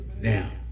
Now